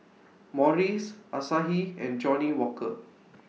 Morries Asahi and Johnnie Walker